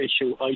issue